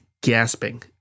gasping